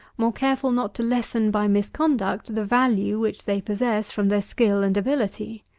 more careful not to lessen by misconduct the value which they possess from their skill and ability.